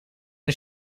een